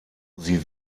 sie